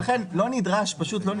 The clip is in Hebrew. זה לא נדרש.